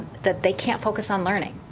that they can't focus on learning,